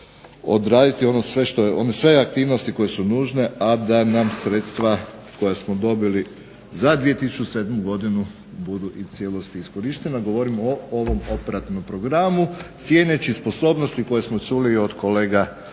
odraditi sve one aktivnosti koje su nužne, a da nam sredstva koja smo dobili za 2007. godinu budu u cijelosti iskorištena. Govorim o ovom operativnom programu cijeneći sposobnosti koje smo čuli od kolega